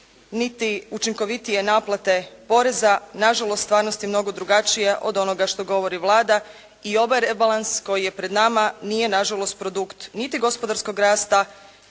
niti učinkovitije naplate poreza. Nažalost, stvarnost je mnogo drugačija od onoga što govori Vlada i ovaj rebalans koji je pred nama nije nažalost produkt niti gospodarskog rasta